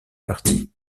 partie